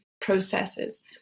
processes